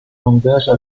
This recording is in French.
langages